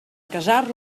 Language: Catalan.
casar